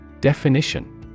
Definition